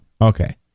Okay